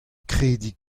krediñ